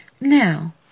Now